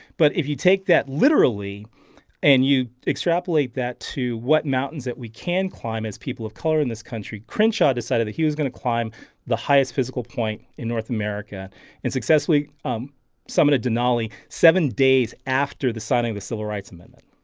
but if you take that literally and you extrapolate that to what mountains that we can climb as people of color in this country, crenchaw decided he was going to climb the highest physical point in north america and successfully um summitted denali seven days after the signing the civil rights amendment.